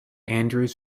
andrews